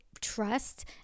trust